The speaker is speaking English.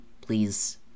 please